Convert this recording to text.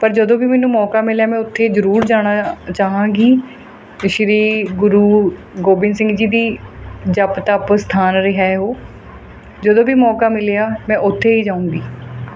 ਪਰ ਜਦੋਂ ਵੀ ਮੈਨੂੰ ਮੌਕਾ ਮਿਲਿਆ ਮੈਂ ਉੱਥੇ ਜ਼ਰੂਰ ਜਾਣਾ ਚਾਹਾਂਗੀ ਸ਼੍ਰੀ ਗੁਰੂ ਗੋਬਿੰਦ ਸਿੰਘ ਜੀ ਦੀ ਜਪ ਤਪ ਸਥਾਨ ਰਿਹਾ ਏ ਉਹ ਜਦੋਂ ਵੀ ਮੌਕਾ ਮਿਲਿਆ ਮੈਂ ਉੱਥੇ ਹੀ ਜਾਊਂਗੀ